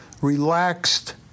relaxed